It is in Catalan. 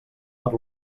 per